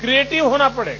creative होना पड़ेगा